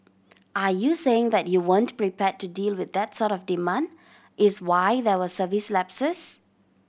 are you saying that you weren't prepared to deal with that sort of demand is why there were service lapses